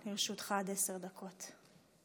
לרשותך עד עשר דקות.